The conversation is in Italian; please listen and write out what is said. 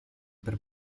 per